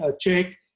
check